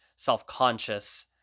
self-conscious